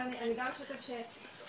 אני גם חושבת שזה,